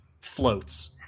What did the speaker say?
floats